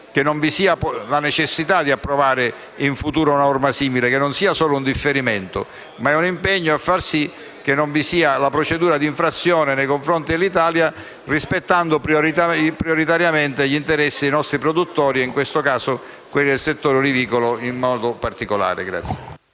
che non vi sia la necessità di approvare in futuro una norma simile, e dunque che quello di oggi non sia solo un differimento, ma un impegno a far sì che la procedura di infrazione nei confronti dell'Italia venga bloccata, rispettando prioritariamente gli interessi dei nostri produttori, in questo caso quelli del settore olivicolo in modo particolare.